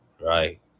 Right